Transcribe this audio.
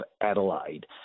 Adelaide